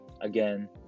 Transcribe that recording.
Again